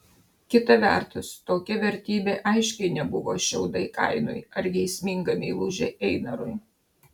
kita vertus tokia vertybė aiškiai nebuvo šiaudai kainui ar geisminga meilužė einarui